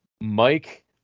Mike